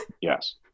Yes